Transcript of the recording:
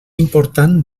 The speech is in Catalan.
important